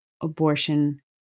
abortion